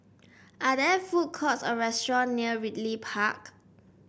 are there food courts or restaurants near Ridley Park